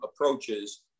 approaches